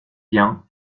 bien